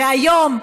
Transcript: והיום,